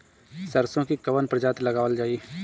सरसो की कवन प्रजाति लगावल जाई?